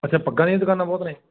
ਅੱਛਾ ਪੱਗਾਂ ਦੀਆਂ ਦੁਕਾਨਾਂ ਬਹੁਤ ਨੇ